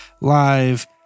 live